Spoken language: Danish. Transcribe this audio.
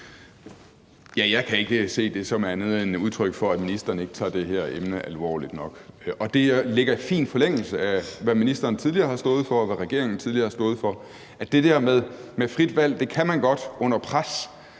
Jeg kan ikke se det som andet end et udtryk for, at ministeren ikke tager det her emne alvorligt nok. Og det ligger fint i forlængelse af, hvad ministeren tidligere har stået for, og hvad regeringen tidligere har stået for, nemlig at det der med frit valg er noget, man under pres